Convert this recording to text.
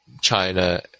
China